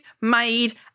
made